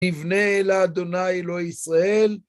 נבנה לה' אלוהי ישראל